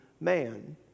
man